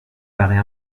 paraît